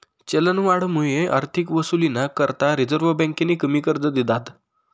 चलनवाढमुये आर्थिक वसुलीना करता रिझर्व्ह बँकेनी कमी कर्ज दिधात